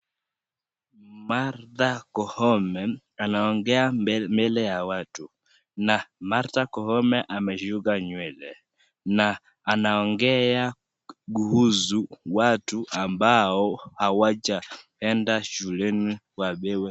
Martha Koome anaongea mbele ya watu, na Martha Koome ameshuka nywele na anaongea kuhusu watu ambao hawajaenda shuleni wapewe.